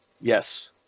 Yes